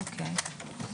אוקיי.